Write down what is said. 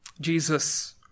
Jesus